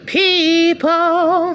people